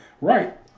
Right